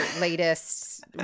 latest